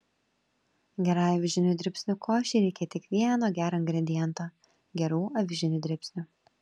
gerai avižinių dribsnių košei reikia tik vieno gero ingrediento gerų avižinių dribsnių